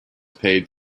paid